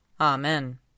Amen